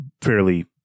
fairly